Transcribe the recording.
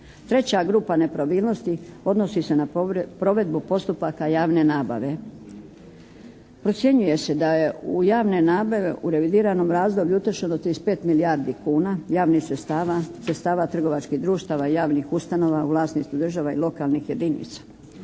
Treća grupa nepravilnosti odnosi se na provedbu postupaka javne nabave. Procjenjuje se da je u javne nabave u revidiranom razdoblju utrošeno 35 milijardi kuna javnih sredstava, sredstava trgovačkih društava i javnih ustanova u vlasništvu države i lokalnih jedinica.